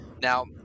Now